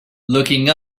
looking